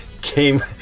Came